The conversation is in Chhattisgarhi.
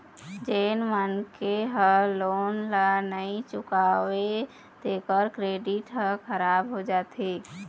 जेन मनखे ह लोन ल नइ चुकावय तेखर क्रेडिट ह खराब हो जाथे